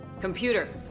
Computer